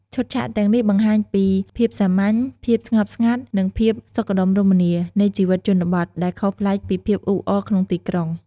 ឈុតឆាកទាំងនេះបង្ហាញពី ភាពសាមញ្ញ ភាពស្ងប់ស្ងាត់ និងភាពសុខដុមរមនា នៃជីវិតជនបទ ដែលខុសប្លែកពីភាពអ៊ូអរក្នុងទីក្រុង។